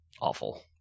awful